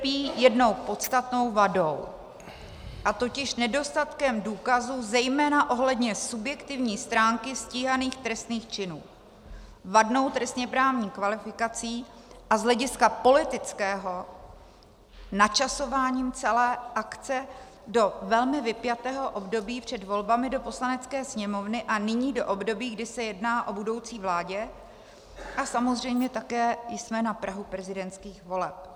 Trpí jednou podstatnou vadou, totiž nedostatkem důkazů zejména ohledně subjektivní stránky stíhaných trestných činů, vadnou trestněprávní kvalifikací a z hlediska politického načasováním celé akce do velmi vypjatého období před volbami do Poslanecké sněmovny a nyní do období, kdy se jedná o budoucí vládě, a samozřejmě také jsme na prahu prezidentských voleb.